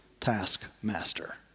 taskmaster